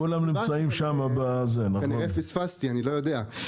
כנראה פספסתי, אני לא יודע.